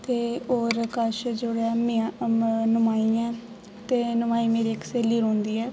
ते होर कश जो ऐ नोमाई ऐ ते नोमाई मेरी इक स्हेली रौह्ंदी ऐ